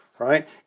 Right